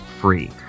free